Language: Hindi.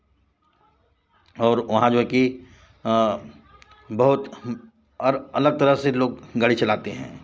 और वहाँ जो है कि बहुत और अलग तरह से लोग गाड़ी चलाते हैं